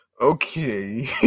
okay